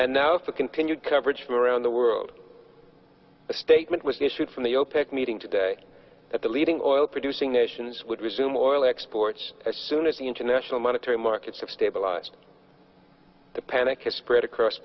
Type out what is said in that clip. and now for continued coverage from around the world a statement was issued from the opec meeting today at the leading oil producing nations would resume oil exports as soon as the international monetary markets have stabilized the panic has spread across